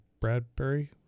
Bradbury